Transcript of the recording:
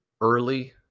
early